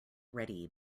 ready